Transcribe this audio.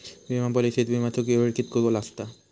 विमा पॉलिसीत विमाचो वेळ कीतको आसता?